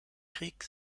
krieg